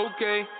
Okay